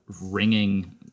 ringing